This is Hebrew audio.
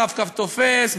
ה"רב-קו" תופס,